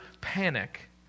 panic